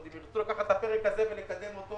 אם ירצו לקחת את הפרק הזה ולקדם אותו,